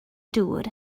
dŵr